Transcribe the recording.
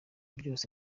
byose